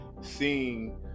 seeing